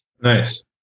nice